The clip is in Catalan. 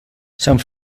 sant